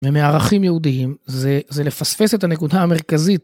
ומערכים יהודיים זה לפספס את הנקודה המרכזית.